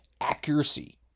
Accuracy